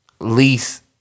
lease